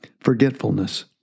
Forgetfulness